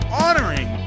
honoring